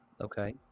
Okay